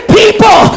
people